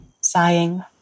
Sighing